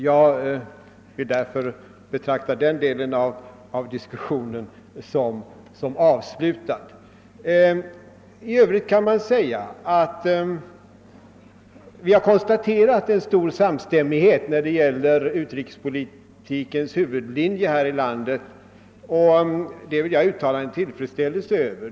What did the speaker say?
Jag vill därför betrakta den dedel av diskussionen som avslutad för min del. I övrigt kan man säga att det kunnat konstateras stor samstämmighet när det gäller den svenska utrikespolitikens huvudlinjer, vilket jag vill uttala min tillfredsställelse över.